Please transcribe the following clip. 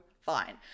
fine